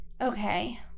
okay